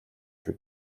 шүү